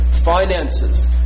Finances